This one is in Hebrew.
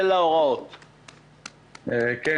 כן.